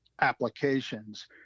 applications